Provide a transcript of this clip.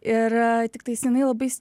ir tiktais jinai labai